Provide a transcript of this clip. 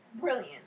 brilliant